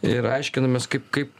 ir aiškinomės kaip kaip